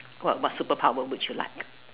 what what superpower would you like